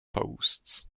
posts